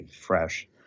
fresh